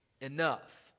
enough